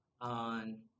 on